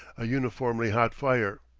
a uniformly hot fire,